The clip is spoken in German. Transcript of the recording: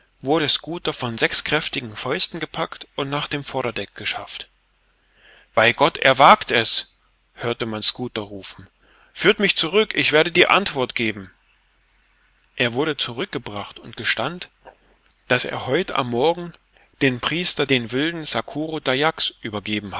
wurde schooter von sechs kräftigen fäusten gepackt und nach dem vorderdeck geschafft bei gott er wagt es hörte man schooter rufen führt mich zurück ich werde die antwort geben er wurde zurückgebracht und gestand daß er heut am morgen den priester den wilden sakuru dayaks übergeben